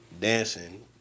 dancing